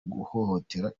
guhohotera